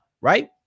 right